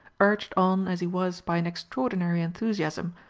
urged on as he was by an extraordinary enthusiasm,